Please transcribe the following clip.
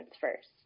first